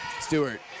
Stewart